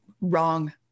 wrong